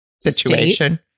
situation